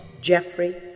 Jeffrey